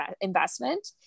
investment